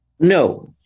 No